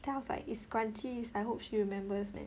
then I was like it's scrunchies I hope she remembers man